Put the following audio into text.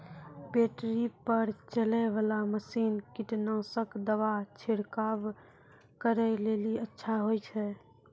Battery पर चलै वाला मसीन कीटनासक दवा छिड़काव करै लेली अच्छा होय छै?